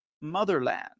motherland